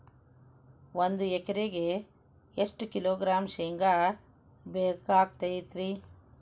ಒಂದು ಎಕರೆಗೆ ಎಷ್ಟು ಕಿಲೋಗ್ರಾಂ ಶೇಂಗಾ ಬೇಕಾಗತೈತ್ರಿ?